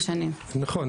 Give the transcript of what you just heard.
נכון,